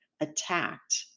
attacked